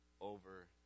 over